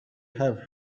have